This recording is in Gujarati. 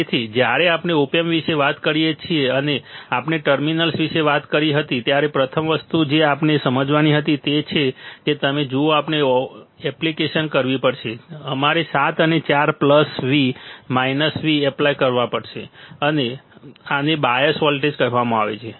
તેથી જ્યારે આપણે ઓપ એમ્પ વિશે વાત કરીએ છીએ અને આપણે ટર્મિનલ્સ વિશે વાત કરી હતી ત્યારે પ્રથમ વસ્તુ જે આપણે સમજવાની હતી તે છે કે તમે જુઓ આપણે એપ્લિકેશન કરવી પડશે અમારે 7 અને 4 plus V minus V apply કરવી પડશે આને આને બાયસ વોલ્ટેજ કહેવામાં આવે છે